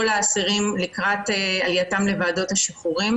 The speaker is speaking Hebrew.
האסירים לקראת עלייתם לוועדות השחרורים,